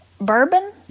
bourbon